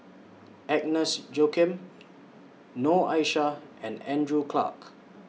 Agnes Joaquim Noor Aishah and Andrew Clarke